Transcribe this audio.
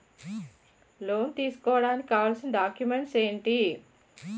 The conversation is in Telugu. లోన్ తీసుకోడానికి కావాల్సిన డాక్యుమెంట్స్ ఎంటి?